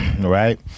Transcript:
right